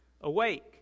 Awake